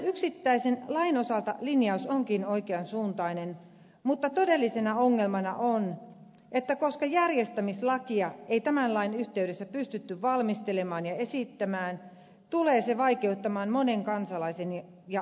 tämän yksittäisen lain osalta linjaus onkin oikean suuntainen mutta todellisena ongelmana on että koska järjestämislakia ei tämän lain yhteydessä pystytty valmistelemaan ja esittämään tulee se vaikeuttamaan monen kansalaisen ja asiakkaan asemaa